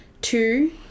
Two